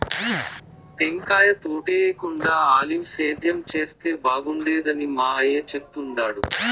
టెంకాయ తోటేయేకుండా ఆలివ్ సేద్యం చేస్తే బాగుండేదని మా అయ్య చెప్తుండాడు